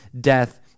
death